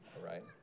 right